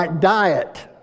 diet